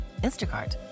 Instacart